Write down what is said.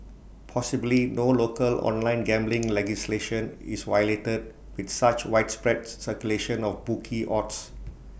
possibly no local online gambling legislation is violated with such widespread circulation of bookie odds